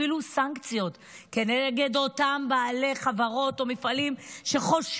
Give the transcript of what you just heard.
אפילו סנקציות כנגד אותם בעלי חברות או מפעלים שאפילו